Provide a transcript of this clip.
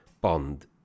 Bond